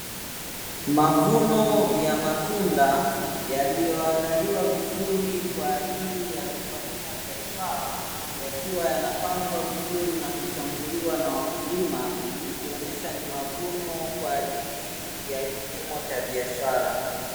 Mavuno ya matunda yaliyo andaliwa vizuri kwa ajili ya kufanyia biashara yakiwa yanapangwa vizuri na kuchambuliwa na wakulima, ikionyesha ni mavuno kwa ajili ya kilimo cha biashara.